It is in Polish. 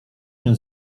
się